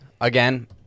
again